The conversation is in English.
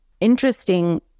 interesting